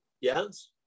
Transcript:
yes